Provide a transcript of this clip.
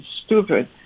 stupid